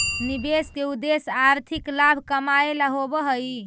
निवेश के उद्देश्य आर्थिक लाभ कमाएला होवऽ हई